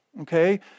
Okay